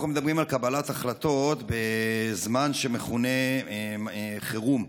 אנחנו מדברים על קבלת החלטות בזמן שמכונה חירום,